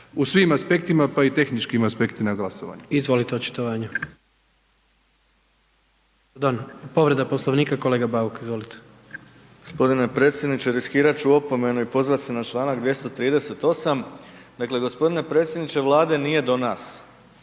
U svim aspektima pa i tehničkim aspektima glasovanja.